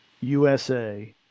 USA